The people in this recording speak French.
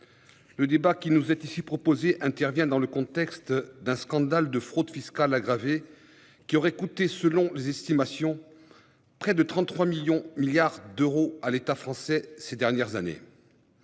le débat qui nous est ici proposé intervient dans le contexte d'un scandale de fraude fiscale aggravée, qui aurait coûté, selon les estimations, près de 33 milliards d'euros à l'État français ces dernières années